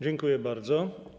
Dziękuję bardzo.